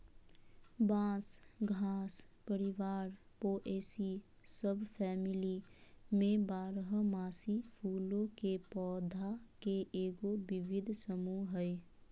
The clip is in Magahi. बांस घास परिवार पोएसी सबफैमिली में बारहमासी फूलों के पौधा के एगो विविध समूह हइ